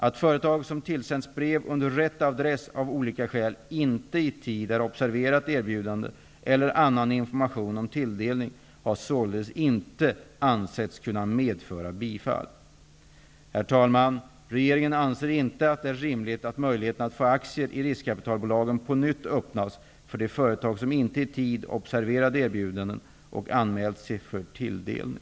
Att företag som tillsänts brev under rätt adress av olika skäl inte i tid har observerat erbjudandet eller annan information om tilldelningen har således inte ansetts kunna medföra bifall. Herr talman! Regeringen anser inte att det är rimligt att möjligheten att få aktier i riskkapitalbolagen på nytt öppnas för de företag som inte i tid observerat erbjudandet och anmält sig för tilldelning.